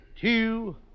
two